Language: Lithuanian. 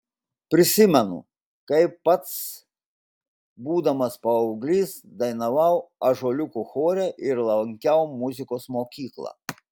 prisimenu kaip pats būdamas paauglys dainavau ąžuoliuko chore ir lankiau muzikos mokyklą